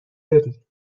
بری